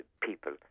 people